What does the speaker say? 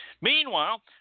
Meanwhile